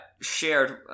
shared